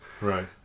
right